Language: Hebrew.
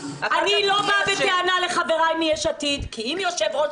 אני לא באה בטענה לחבריי מיש עתיד; כי אם יושב-ראש